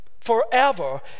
forever